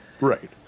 right